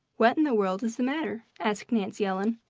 what in the world is the matter? asked nancy ellen.